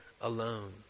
alone